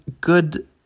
good